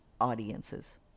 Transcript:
audiences